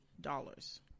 dollars